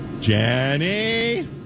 Jenny